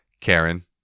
Karen